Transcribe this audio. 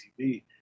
TV